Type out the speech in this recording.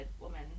woman